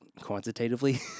quantitatively